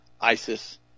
isis